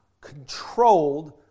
controlled